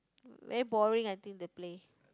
very boring I think the play